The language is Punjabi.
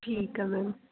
ਠੀਕ ਆ ਮੈਮ